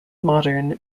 modern